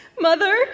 Mother